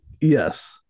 Yes